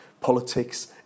politics